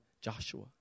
Joshua